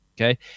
okay